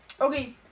Okay